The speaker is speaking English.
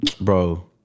Bro